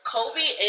Kobe